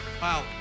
Wow